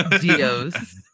Dios